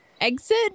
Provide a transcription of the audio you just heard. Exit